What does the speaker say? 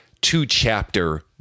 two-chapter